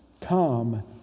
come